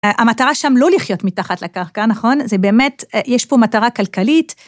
המטרה שם לא לחיות מתחת לקרקע, נכון? זה באמת, יש פה מטרה כלכלית.